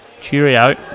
Cheerio